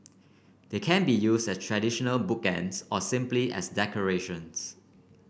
they can be use as traditional bookends or simply as decoration